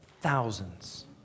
thousands